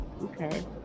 Okay